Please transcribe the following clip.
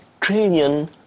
trillion